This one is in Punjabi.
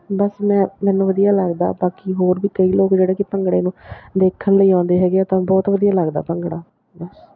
ਬਸ ਮੈਂ ਮੈਨੂੰ ਵਧੀਆ ਲੱਗਦਾ ਬਾਕੀ ਹੋਰ ਵੀ ਕਈ ਲੋਕ ਜਿਹੜੇ ਕਿ ਭੰਗੜੇ ਨੂੰ ਦੇਖਣ ਲਈ ਆਉਂਦੇ ਹੈਗੇ ਆ ਤਾਂ ਬਹੁਤ ਵਧੀਆ ਲੱਗਦਾ ਭੰਗੜਾ ਬਸ